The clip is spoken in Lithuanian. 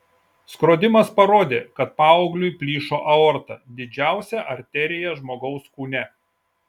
skrodimas parodė kad paaugliui plyšo aorta didžiausia arterija žmogaus kūne